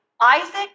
Isaac